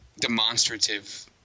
demonstrative